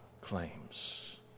claims